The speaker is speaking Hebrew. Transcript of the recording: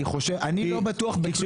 אני לא בטוח בכלום.